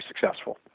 successful